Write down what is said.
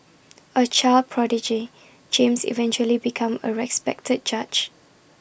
A child prodigy James eventually become A respected judge